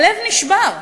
הלב נשבר.